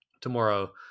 tomorrow